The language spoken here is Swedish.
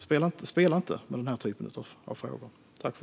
Spela inte med den här typen av frågor!